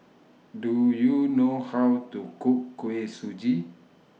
Do YOU know How to Cook Kuih Suji